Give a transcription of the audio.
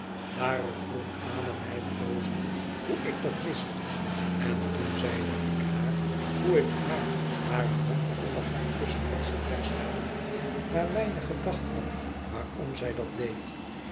daarop vroeg ada mij blozend hoe ik dat wist en toen zeide ik haar hoe ik haar hare hand onder haar kussen had zien wegstoppen maar weinig gedacht had waarom zij dat deed